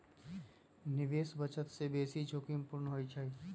निवेश बचत से बेशी जोखिम पूर्ण होइ छइ